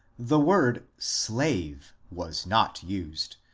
the word slave was not used.